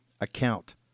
account